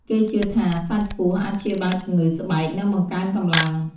គេជឿថាសាច់ពស់អាចព្យាបាលជំងឺស្បែក និងបង្កើនកម្លាំង។